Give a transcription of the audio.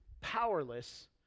powerless